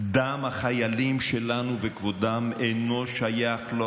דם החיילים שלנו וכבודם אינו שייך לא